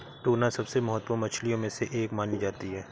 tuna सबसे महत्त्वपूर्ण मछलियों में से एक मानी जाती है